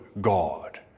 God